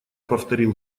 повторил